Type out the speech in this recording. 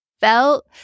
felt